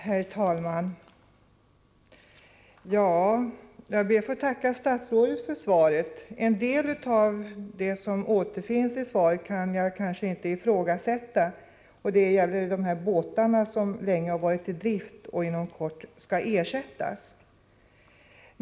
Herr talman! Jag ber att få tacka statsrådet för svaret. En del av det som återfinns i svaret kan jag kanske inte ifrågasätta; det gäller då det som sades om båtar som länge varit i drift och inom kort skall ersättas.